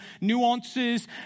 nuances